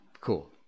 cool